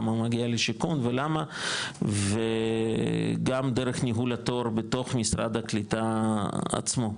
כמה מגיע לשיכון וגם דרך ניהול התור בתוך משרד הקליטה עצמו,